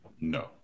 No